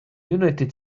united